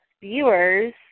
viewers